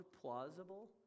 plausible